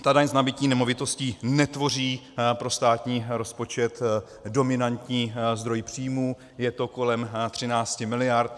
Ta daň z nabytí nemovitosti netvoří pro státní rozpočet dominantní zdroj příjmů, je to kolem 13 miliard.